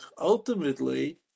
ultimately